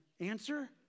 Answer